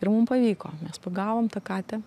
ir mum pavyko mes pagavom tą katę